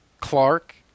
Clark